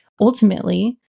ultimately